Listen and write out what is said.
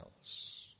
else